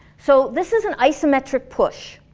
so this is an isometric push.